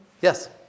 Yes